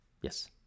yes